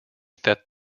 that